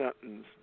sentence